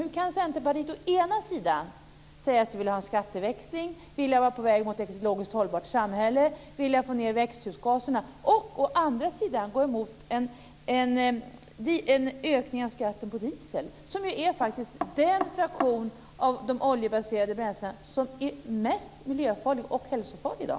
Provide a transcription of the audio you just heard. Hur kan Centerpartiet å ena sidan säga sig vilja ha en skatteväxling, vilja vara på väg mot ett ekologiskt hållbart samhälle och vilja få ned växthusgaserna och å andra sidan gå emot en höjning av skatten på diesel, som faktiskt är den fraktion av de oljebaserade bränslena som är mest miljöfarlig och hälsofarlig i dag?